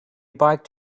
biked